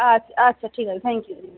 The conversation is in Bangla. আচ্ছা আচ্ছা ঠিক আছে থ্যাংক ইউ দিদি